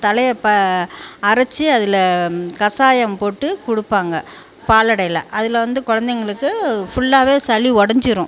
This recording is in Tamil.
தழைய ப அரைச்சி அதில் கஷாயம் போட்டு கொடுப்பாங்க பாலடையில அதில் வந்து குழந்தைங்களுக்கு ஃபுல்லாகவே சளி உடஞ்சிடும்